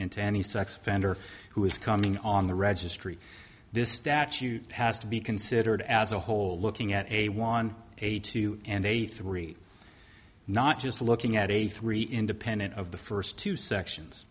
and to any sex offender who is coming on the registry this statute has to be considered as a whole looking at a one a two and a three not just looking at a three independent of the first two sections